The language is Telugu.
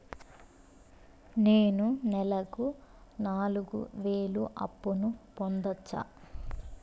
నేను నెలకు నాలుగు వేలు అప్పును పొందొచ్చా?